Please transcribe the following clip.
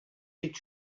est